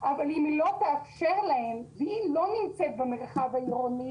אבל אם היא לא תאפשר להם והיא לא נמצאת במרחב העירוני